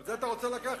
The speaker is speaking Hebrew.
גם את זה אתה רוצה לקחת?